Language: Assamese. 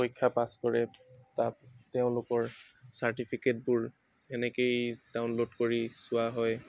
পৰীক্ষা পাছ কৰে তাত তেওঁলোকৰ চাৰ্টিফিকেটবোৰ এনেকেই ডাউনলোড কৰি চোৱা হয়